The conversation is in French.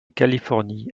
californie